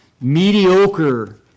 mediocre